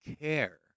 care